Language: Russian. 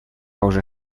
уже